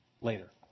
later